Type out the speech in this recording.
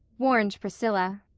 warned priscilla.